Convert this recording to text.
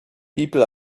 people